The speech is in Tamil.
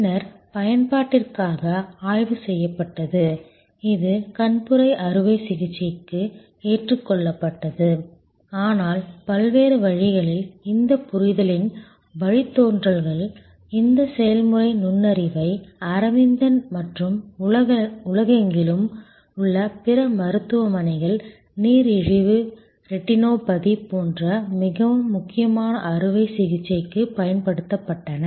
பின்னர் பயன்பாட்டிற்காக ஆய்வு செய்யப்பட்டது இது கண்புரை அறுவை சிகிச்சைக்கு ஏற்றுக்கொள்ளப்பட்டது ஆனால் பல்வேறு வழிகளில் இந்த புரிதலின் வழித்தோன்றல்கள் இந்த செயல்முறை நுண்ணறிவை அரவிந்தன் மற்றும் உலகெங்கிலும் உள்ள பிற மருத்துவமனைகள் நீரிழிவு ரெட்டினோபதி போன்ற மிகவும் முக்கியமான அறுவை சிகிச்சைக்கு பயன்படுத்தப்பட்டன